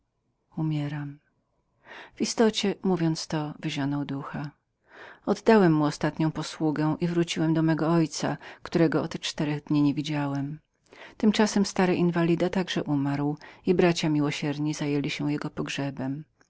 umieram w istocie to mówiąc wyzionął ducha oddałem mu ostatnią posługę i wróciłem do mego ojca którego od czterech dni nie byłem widział śród tego stary inwalid także był umarł i bracia miłosierni zajęli się jego pogrzebem